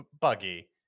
buggy